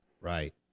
Right